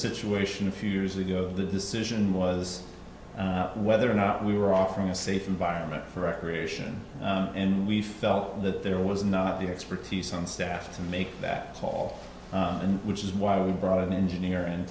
situation a few years ago the decision was whether or not we were offering a safe environment for recreation and we felt that there was not the expertise on staff to make that call and which is why we brought an engineer